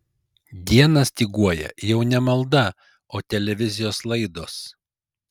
dieną styguoja jau ne malda o televizijos laidos